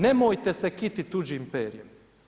Nemojte se kitit tuđim perjem!